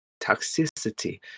toxicity